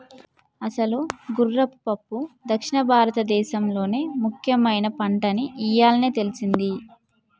అసలు గుర్రపు పప్పు దక్షిణ భారతదేసంలో ముఖ్యమైన పంటని ఇయ్యాలే తెల్సింది